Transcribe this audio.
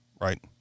right